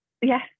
Yes